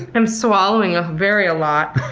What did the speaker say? i'm swallowing a very a lot.